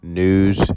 news